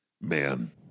man